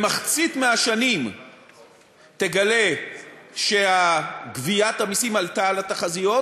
במחצית מהשנים תגלה שגביית המסים עלתה על התחזיות,